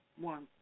one